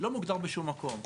לא מוגדר בשום מקום.